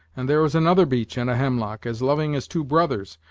and there is another beech and a hemlock, as loving as two brothers,